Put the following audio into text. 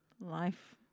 life